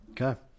Okay